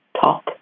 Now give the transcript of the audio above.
Talk